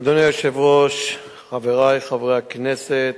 אדוני היושב-ראש, חברי חברי הכנסת,